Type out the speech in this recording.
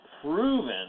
proven